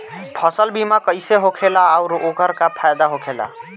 फसल बीमा कइसे होखेला आऊर ओकर का फाइदा होखेला?